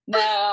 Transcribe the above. no